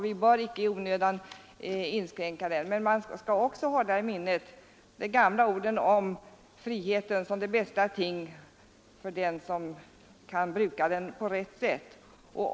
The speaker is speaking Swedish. Vi bör inte i onödan inskränka den. Men man skall också hålla i minnet de gamla orden om att frihet är det bästa ting för dem som kan bruka den på rätt sätt.